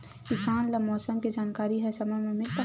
किसान ल मौसम के जानकारी ह समय म मिल पाही?